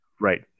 Right